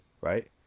Right